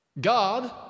God